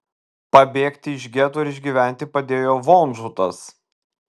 pabėgti iš geto ir išgyventi padėjo vonžutas